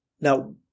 now